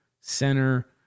center